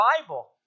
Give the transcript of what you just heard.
Bible